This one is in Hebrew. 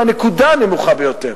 מהנקודה הנמוכה ביותר.